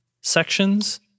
sections